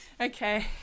Okay